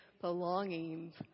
belongings